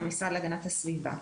המשרד להגנת הסביבה.